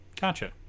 gotcha